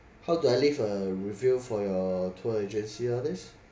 how do I leave a review for your tour agency all these